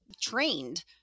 trained